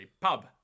pub